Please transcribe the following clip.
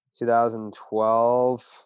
2012